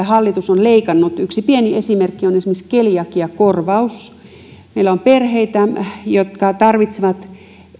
hallitus on leikannut yksi pieni esimerkki on keliakiakorvaus meillä on perheitä jotka tarvitsevat